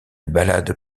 ballade